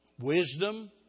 Wisdom